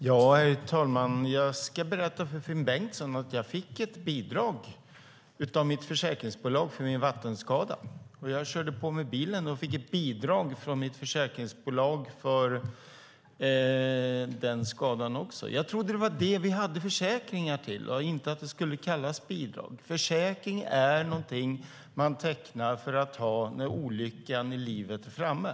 Herr talman! Jag ska berätta för Finn Bengtsson att jag fick ett bidrag av mitt försäkringsbolag för min vattenskada. Jag körde på med bilen och fick ett bidrag från mitt försäkringsbolag för den skadan också. Jag trodde det var det vi hade försäkringar till och att det inte skulle kallas bidrag. En försäkring är någonting man tecknar för att ha när olyckan i livet är framme.